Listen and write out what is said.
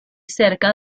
cerca